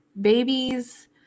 babies